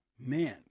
Man